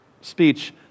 speech